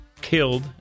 killed –